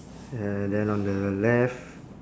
and then on the left